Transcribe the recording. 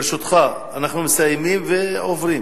ברשותך, אנחנו מסיימים ועוברים.